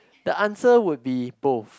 the answer would be both